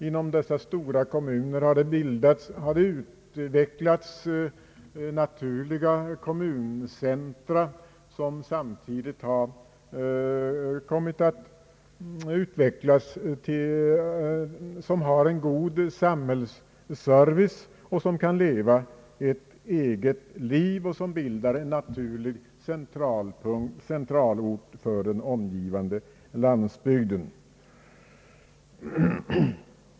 I de stora kommunerna där uppe har det utvecklats naturliga kommuncentra som kan leva ett eget liv och som kan ge god samhällsservice och utgöra naturliga centralorter för den omgivande landsbygden.